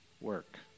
work